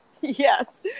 yes